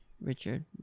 Richard